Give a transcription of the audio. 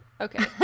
okay